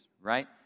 right